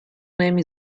نمی